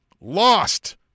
lost